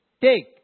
take